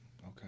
Okay